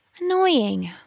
Annoying